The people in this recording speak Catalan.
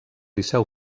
liceu